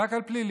רק על פלילי.